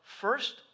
first